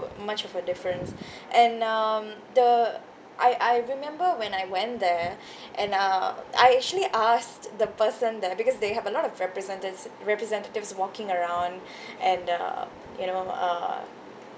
much of a difference and um the I I remember when I went there and uh I actually asked the person there because they have a lot of representa~ representatives walking around and uh you know uh